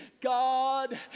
God